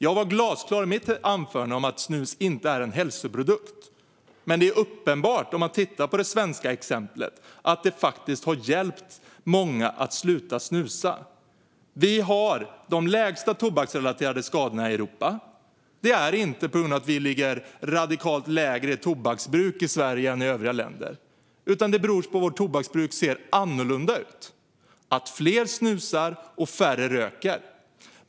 Jag var glasklar i mitt anförande om att snus inte är en hälsoprodukt, men det är uppenbart, om man tittar på det svenska exemplet, att snuset faktiskt har hjälpt många att sluta röka. Vi har det lägsta antalet tobaksrelaterade skador i Europa. Det är inte på grund av att vi ligger radikalt lägre i tobaksbruk i Sverige än i övriga länder, utan det beror på att vårt tobaksbruk ser annorlunda ut: att fler snusar och färre röker.